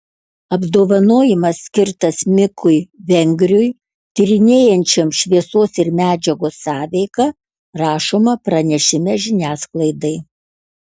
apdovanojimas skirtas mikui vengriui tyrinėjančiam šviesos ir medžiagos sąveiką rašoma pranešime žiniasklaidai